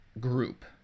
group